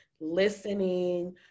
listening